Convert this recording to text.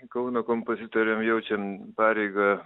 kauno kompozitoriam jaučiam pareigą